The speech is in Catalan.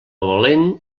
valent